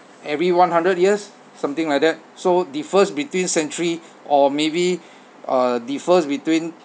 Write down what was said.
every one hundred years something like that so differs between century or maybe uh differs between